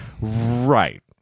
Right